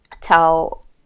tell